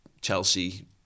Chelsea